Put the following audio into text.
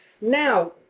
Now